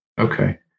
Okay